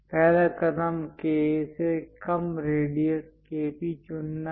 पहला कदम KA से कम रेडियस KP चुनना है